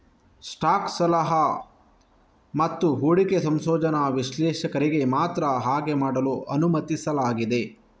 stock ಸಲಹಾ ಮತ್ತು ಹೂಡಿಕೆ ಸಂಶೋಧನಾ ವಿಶ್ಲೇಷಕರಿಗೆ ಮಾತ್ರ ಹಾಗೆ ಮಾಡಲು ಅನುಮತಿಸಲಾಗಿದೆ